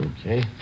Okay